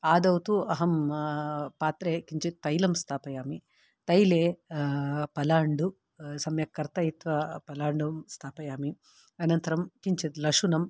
आदौ तु अहं पात्रे किञ्चित् तैलं स्थापयामि तैले पलाण्डु सम्यक् कर्तयित्वा पलाण्डुं स्थापयामि अनन्तरं किञ्चित् लशुनम्